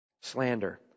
Slander